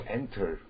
enter